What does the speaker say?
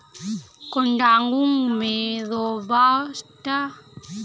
कोडागू में रोबस्टा का उत्पादन काफी मात्रा में होता है